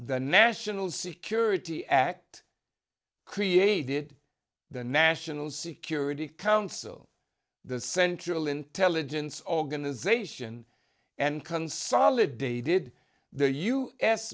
the national security act created the national security council the central intelligence organization and consolidated the u s